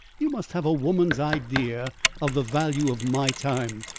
you must have a woman's idea of the value of my time.